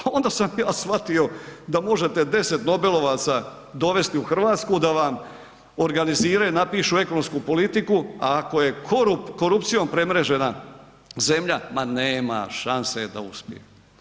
A onda sam ja shvatio da možete 10 Nobelovaca dovesti u Hrvatsku da vam organiziraju i napišu ekonomsku politiku, a ako je korupcijom premrežena zemlja, ma nema šanse da uspije.